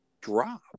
drop